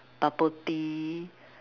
bubble tea